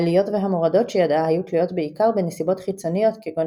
העליות והמורדות שידעה היו תלויות בעיקר בנסיבות חיצוניות כגון